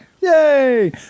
Yay